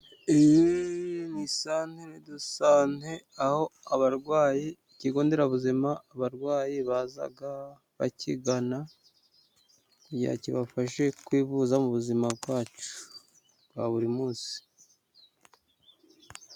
Iyi ni santire de sante aho abarwayi(... ) ikigonderabuzima abarwayi baza bakigana kugira kibafashe kwivuza mu buzima bwacu bwa buri munsi.